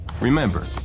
Remember